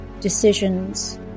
decisions